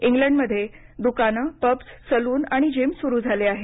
इंग्लंडमध्ये दुकानं pubs salon आणि जिम सुरु झाले आहेत